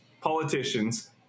politicians